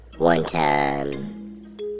one-time